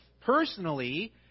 personally